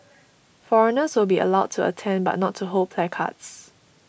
foreigners will be allowed to attend but not to hold placards